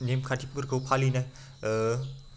नेमखान्थिफोरखौ फालिनाय